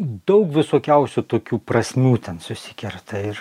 daug visokiausių tokių prasmių ten susikerta ir